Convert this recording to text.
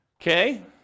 Okay